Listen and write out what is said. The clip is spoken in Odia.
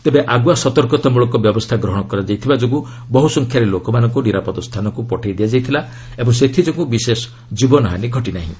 ତେବେ ଆଗୁଆ ସତର୍କତା ମୂଳକ ବ୍ୟବସ୍ଥା ଗ୍ରହଣ କରାଯାଇଥିବା ଯୋଗୁଁ ବହୁ ସଂଖ୍ୟାରେ ଲୋକମାନଙ୍କୁ ନିରାପଦ ସ୍ଥାନକୁ ପଠାଇ ଦିଆଯାଇଥିଲା ଓ ସେଥି ଯୋଗୁଁ ବିଶେଷ ଜୀବନହାନୀ ଘଟି ନାହିଁ